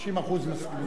50% מסכימים.